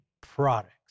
products